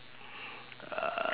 uh